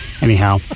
Anyhow